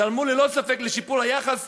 גרמו ללא ספק לשיפור היחס